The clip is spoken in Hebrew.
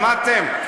שמעתם?